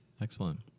Excellent